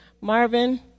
Marvin